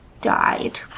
died